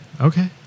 Okay